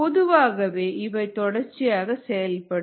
பொதுவாகவே இவை தொடர்ச்சியாக செயல்படும்